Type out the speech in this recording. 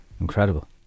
Incredible